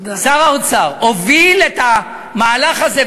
שר האוצר הוביל את המהלך הזה,